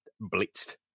blitzed